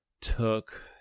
took